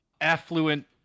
affluent